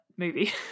movie